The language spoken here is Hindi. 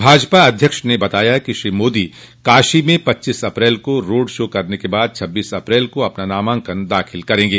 भाजपा अध्यक्ष ने बताया कि श्री मोदी काशी में पच्चीस अप्रैल को रोड शो करने के बाद छब्बीस अप्रैल को अपना नामांकन दाखिल करेंगे